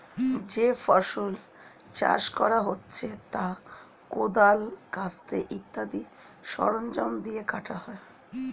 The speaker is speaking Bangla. যে ফসল চাষ করা হচ্ছে তা কোদাল, কাস্তে ইত্যাদি সরঞ্জাম দিয়ে কাটা হয়